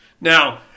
Now